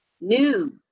new